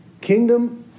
Kingdom